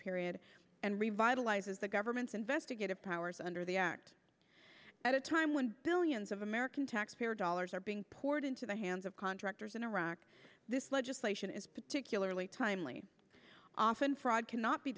period and revitalizes the government's investigative powers under the act at a time when billions of american taxpayer dollars are being poured into the hands of contractors in iraq this legislation is particularly timely often fraud cannot be